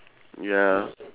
ya